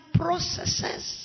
processes